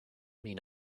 mean